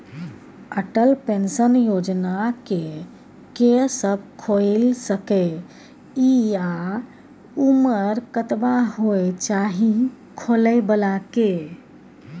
Atal pension Yojana के के सब खोइल सके इ आ उमर कतबा होय चाही खोलै बला के?